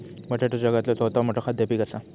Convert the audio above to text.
बटाटो जगातला चौथा मोठा खाद्य पीक असा